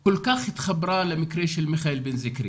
כל כך התחברה למקרה של מיכאל בן זקרי